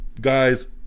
Guys